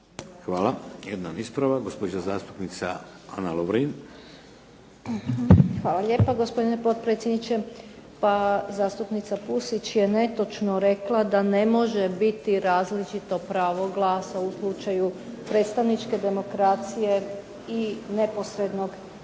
Hvala. Jedan ispravak gospođa zastupnica Ana Lovrin. **Lovrin, Ana (HDZ)** Hvala lijepo gospodine potpredsjedniče. Zastupnica Pusić je netočno rekla da ne može biti različito pravo glasa u slučaju predstavničke demokracije i neposrednog odlučivanja.